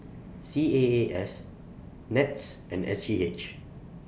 C A A S Nets and S G H